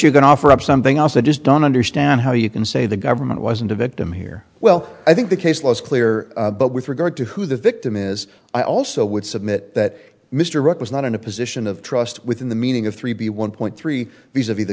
you can offer up something else i just don't understand how you can say the government wasn't a victim here well i think the case law is clear but with regard to who the victim is i also would submit that mr right was not in a position of trust within the meaning of three b one point three these of